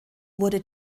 wurde